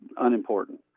unimportant